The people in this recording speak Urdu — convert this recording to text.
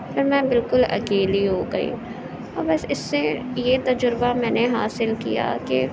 پھر میں بالکل اکیلی ہو گئی اور بس اس سے یہ تجربہ میں نے حاصل کیا کہ